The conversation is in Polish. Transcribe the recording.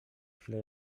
chwilę